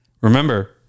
Remember